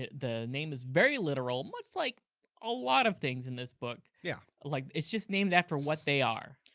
the name is very literal, much like a lot of things in this book, yeah like it's just named after what they are.